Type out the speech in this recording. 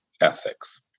ethics